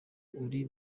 uri